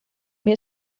mir